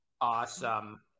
Awesome